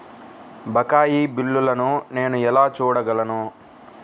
బకాయి బిల్లును నేను ఎలా చూడగలను?